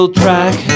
track